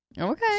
Okay